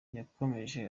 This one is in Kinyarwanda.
yakomeje